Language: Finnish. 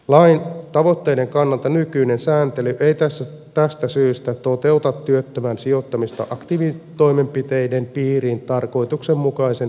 lain tavoitteiden kannalta nykyinen sääntely ei tästä syystä toteuta työttömän sijoittamista aktiivitoimenpiteiden piiriin tarkoituksenmukaisen varhaisessa vaiheessa